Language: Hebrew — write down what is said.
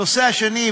הנושא השני,